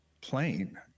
plane